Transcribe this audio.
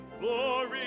Glory